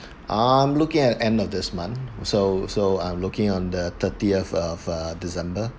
um I'm look at end of this month so so I'm looking on the thirtieth of uh december